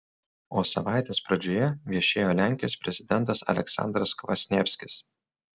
o savaitės pradžioje viešėjo lenkijos prezidentas aleksandras kvasnievskis